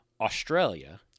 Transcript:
Australia